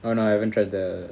oh no I haven't tried that